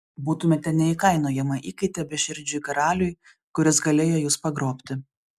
būtumėte neįkainojama įkaitė beširdžiui karaliui kuris galėjo jus pagrobti